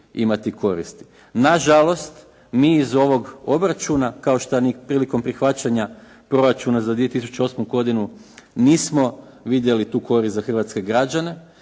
imati koristi. Na žalost, mi iz ovog obračuna kao što ni prilikom prihvaćanja proračuna za 2008. godinu nismo vidjeli tu korist za hrvatske građane